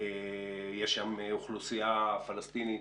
יש שם אוכלוסייה פלסטינית,